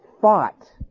fought